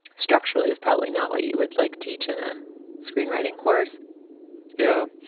structurally is probably not what you would like teach in a screenwriting course yeah,